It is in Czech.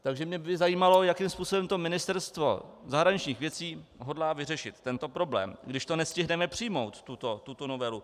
Takže mě by zajímalo, jakým způsobem to Ministerstvo zahraničních věcí hodlá vyřešit, když to nestihneme přijmout, tuto novelu.